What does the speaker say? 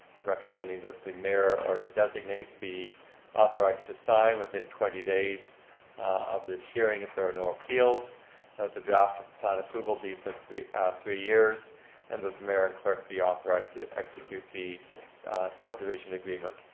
we're recommending that the mayor or his designate be authorized to sign within twenty days of this hearing if there are no appeals, that the draft plan approval be but from ah three years and the mayor and clerk be authorized to execute the subdivision agreement.